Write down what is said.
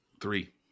Three